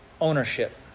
ownership